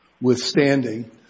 withstanding